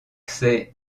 ses